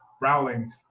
Rowling